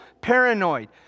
paranoid